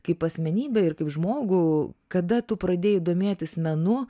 kaip asmenybę ir kaip žmogų kada tu pradėjai domėtis menu